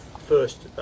first